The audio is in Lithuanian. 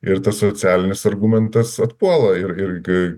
ir tas socialinis argumentas atpuola ir ir kai